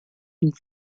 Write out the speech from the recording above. une